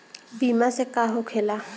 बीमा से का होखेला?